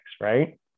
right